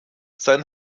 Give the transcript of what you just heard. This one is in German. sein